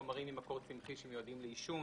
חומרים ממקור צמחי שמיועדים לעישון